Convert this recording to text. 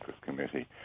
Committee